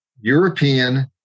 European